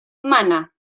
mana